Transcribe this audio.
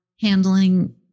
handling